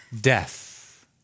death